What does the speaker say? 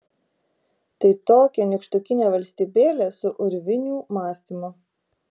tai tokia nykštukinė valstybėlė su urvinių mąstymu